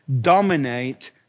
dominate